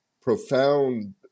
profound